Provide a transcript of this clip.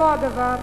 אותו הדבר,